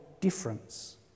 difference